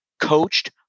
coached